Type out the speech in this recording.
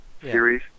series